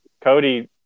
Cody